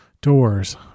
Doors